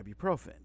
ibuprofen